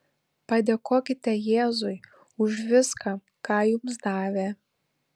padėkokite jėzui už viską ką jums davė